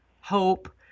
hope